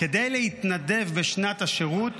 כדי להתנדב בשנת השירות